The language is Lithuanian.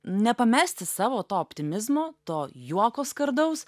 nepamesti savo to optimizmo to juoko skardaus